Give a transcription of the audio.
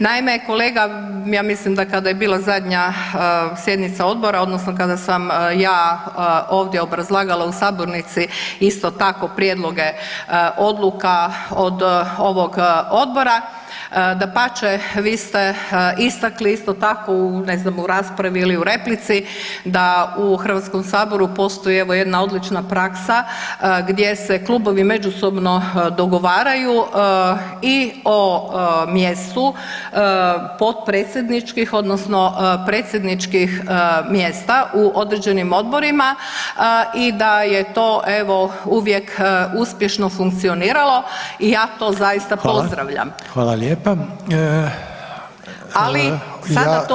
Naime, kolega, ja mislim da kad je bila zadnja sjednica Odbora odnosno kada sam ja ovdje obrazlagala u sabornici, isto tako prijedloge odluka od ovog Odbora, dapače, vi ste istakli, isto tako u ne znam, u raspravi ili u replici da u HS-u postoji, evo, jedna odlična praksa gdje se klubovi međusobno dogovaraju i o mjestu potpredsjedničkih odnosno predsjedničkih mjesta u određenim odborima i da je to, evo, uvijek, uspješno funkcioniralo i ja to zaista pozdravljam.